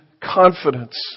confidence